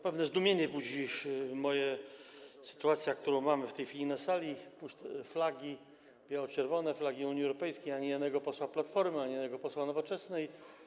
Pewne moje zdumienie budzi sytuacja, którą mamy w tej chwili na sali: flagi biało-czerwone, flagi Unii Europejskiej, ani jednego posła Platformy, ani jednego posła Nowoczesnej.